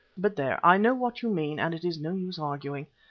but there, i know what you mean and it is no use arguing.